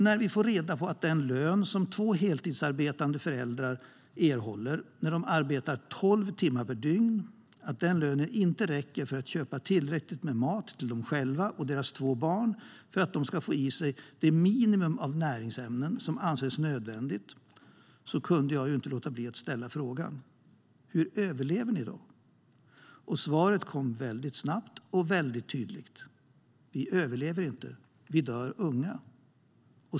När vi får reda på att den lön som två heltidsarbetande föräldrar erhåller för tolv timmars arbete per dygn inte räcker för att köpa tillräckligt med mat till dem själva och deras två barn så att de kan få i sig det minimum av näring som anses nödvändigt kan jag inte låta bli att fråga: Hur överlever ni? Svaret är snabbt och tydligt: Vi överlever inte; vi dör unga.